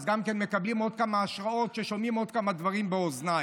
אז גם כן מקבלים עוד כמה השראות כששומעים עוד כמה דברים באוזניים.